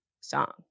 song